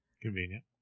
Convenient